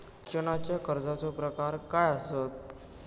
शिक्षणाच्या कर्जाचो प्रकार काय आसत?